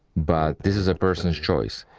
but this is a person's choice,